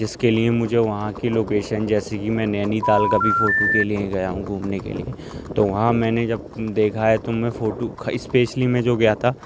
جس کے لیے مجھے وہاں کی لوکیشن جیسے کہ میں نینی تال کا بھی فوٹو کے لیے گیا ہوں گھومنے کے لیے تو وہاں میں نے جب دیکھا ہے تو میں فوٹو اسپیشلی میں جو گیا تھا